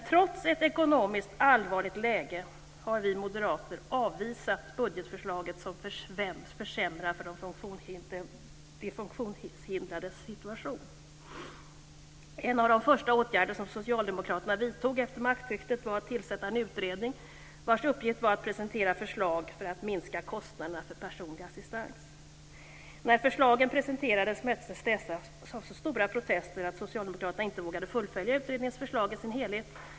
Trots ett ekonomiskt allvarligt läge har vi moderater avvisat budgetförslaget, som försämrar de funktionshindrades situation. En av de första åtgärderna som Socialdemokraterna vidtog efter maktskiftet var att tillsätta en utredning, vars uppgift var att presentera förslag för att minska kostnaderna för personlig assistans. När förslagen presenterades möttes de av så stora protester att Socialdemokraterna inte våga fullfölja utredningens förslag i dess helhet.